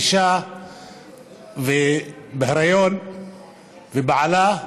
אישה בהיריון ובעלה,